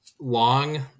long